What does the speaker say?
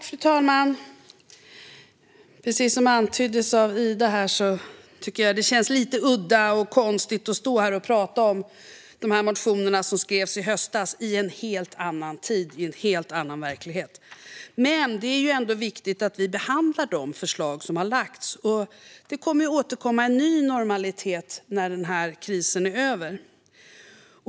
Fru talman! Precis som antyddes av Ida tycker jag att det känns lite udda och konstigt att stå här och tala om dessa motioner, som skrevs i höstas - i en helt annan tid och en helt annan verklighet. Men det är ändå viktigt att vi behandlar de förslag som har lagts fram; en ny normalitet kommer ju att komma när den här krisen är över.